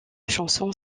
chanson